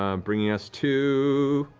um bringing us to